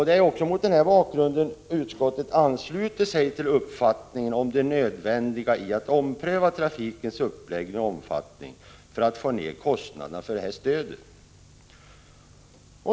Det är också mot den bakgrunden som utskottet ansluter sig till uppfattningen om det nödvändiga i att ompröva trafikens uppläggning och omfattning för att få ned kostnaderna för stödet.